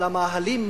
על המאהלים,